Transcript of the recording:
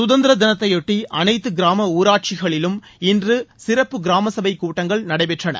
கதந்திர தினத்தையொட்டி அனைத்து கிராம ஊராட்சிகளிலும் இன்று சிறப்பு கிராம சபை கூட்டங்கள் நடைபெற்றன